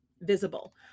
visible